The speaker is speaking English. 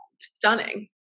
stunning